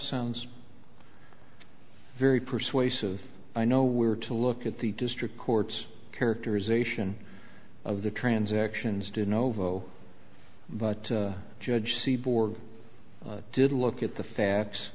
sounds very persuasive i know where to look at the district court's characterization of the transactions to know but judge seaboard did look at the facts